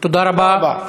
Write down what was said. תודה רבה.